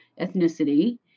ethnicity